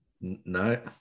No